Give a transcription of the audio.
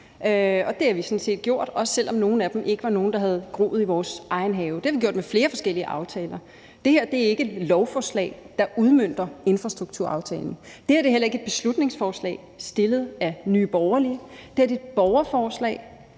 og det har vi sådan set gjort, også selv om nogle af dem ikke var nogen, der havde groet i vores egen have. Det har vi gjort med flere forskellige aftaler. Det her er ikke et lovforslag, der udmønter infrastrukturaftalen. Det her er heller ikke et beslutningsforslag fremsat af Nye Borgerlige. Det her er et borgerforslag